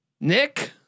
Nick